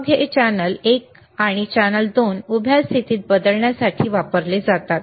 मग हे चॅनेल एक आणि चॅनेल 2 उभ्या स्थितीत बदलण्यासाठी वापरले जातात